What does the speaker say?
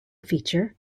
feature